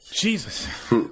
Jesus